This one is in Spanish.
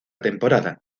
temporada